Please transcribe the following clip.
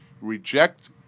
reject